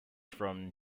from